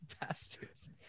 Bastards